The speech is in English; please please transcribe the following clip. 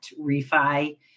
refi